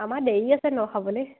আমাৰ দেৰি আছে ন খাবলৈ